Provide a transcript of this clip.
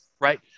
right